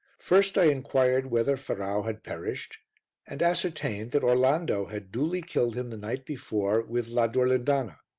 first i inquired whether ferrau had perished and ascertained that orlando had duly killed him the night before with la durlindana.